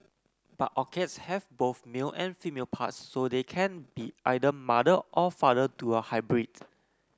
but orchids have both male and female parts so they can be either mother or father to a hybrid